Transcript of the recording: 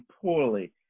poorly